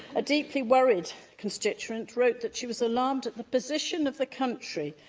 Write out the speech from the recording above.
a deeply worried constituent wrote that she was alarmed at the position of the country,